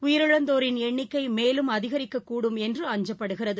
உயிரிழந்தோரின் இடபாடுகளில் எண்ணிக்கைமேலும் அதிகரிக்கக் கூடும் என்று அஞ்சப்படுகிறது